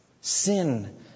Sin